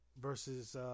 versus